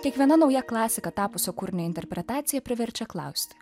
kiekviena nauja klasika tapusio kūrinio interpretacija priverčia klausti